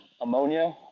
ammonia